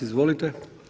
Izvolite.